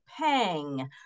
pang